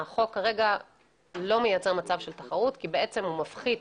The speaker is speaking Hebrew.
החוק כרגע לא מייצר מצב של תחרות כי בעצם הוא מפחית